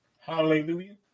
Hallelujah